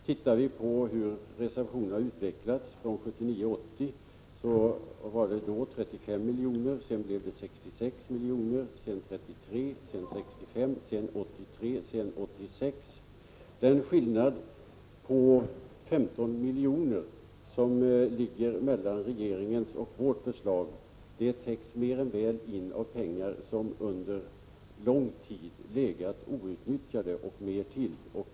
Tittar vi på hur reservationerna har utvecklats från 1979/80 och framåt, finner vi att de har uppgått till 35, 66, 33, 65, 83 och 86 milj.kr. Skillnaden på 15 miljoner mellan regeringens och vårt förslag täcks mer än väl in av pengar som under lång tid har legat outnyttjade plus mer därtill.